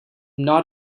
not